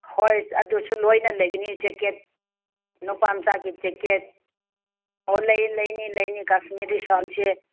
ꯍꯣꯏ ꯑꯗꯨꯁꯨ ꯂꯣꯏꯅ ꯂꯩꯒꯅꯤ ꯖꯦꯛꯀꯦꯠ ꯅꯨꯄꯥꯃꯆꯥꯒꯤ ꯖꯦꯛꯀꯦꯠ ꯑꯣ ꯂꯩꯂꯩꯅꯤ ꯂꯩꯅꯤ ꯀꯥꯁꯃꯤꯔꯤ ꯁꯥꯜꯁꯦ